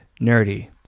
nerdy